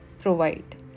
provide